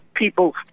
people